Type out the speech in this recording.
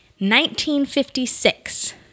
1956